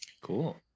Cool